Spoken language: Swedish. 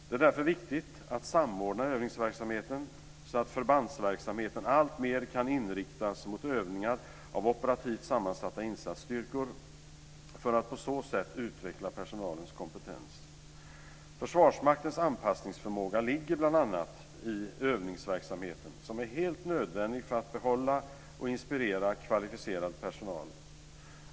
Det är därför viktigt att samordna övningsverksamheten, så att förbandsverksamheten alltmer kan inriktas mot övningar av operativt sammansatta insatsstyrkor för att på så sätt utveckla personalens kompetens. Försvarsmaktens anpassningsförmåga ligger bl.a. i övningsverksamheten som är helt nödvändig för att behålla och inspirera kvalificerad personal.